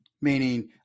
meaning